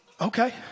Okay